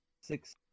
six